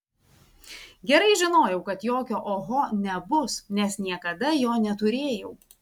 gerai žinojau kad jokio oho nebus nes niekada jo neturėjau